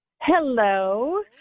Hello